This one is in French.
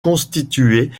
constituaient